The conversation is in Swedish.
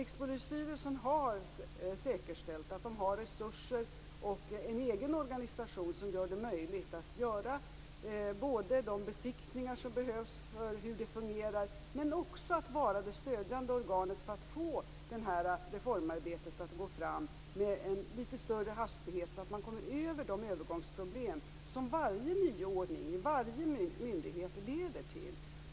Rikspolisstyrelsen har säkerställt att den har resurser och en egen organisation som gör det möjligt att göra både de besiktningar som behövs av hur det fungerar men också att vara det stödjande organet för att få detta reformarbete att gå framåt med litet större hastighet, så att man kommer över de övergångsproblem som varje nyordning och varje myndighet leder till.